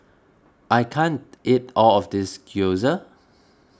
I can't eat all of this Gyoza